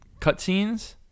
cutscenes